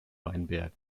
weinbergen